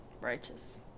righteous